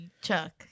Chuck